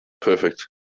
perfect